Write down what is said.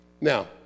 Now